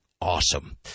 awesome